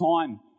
time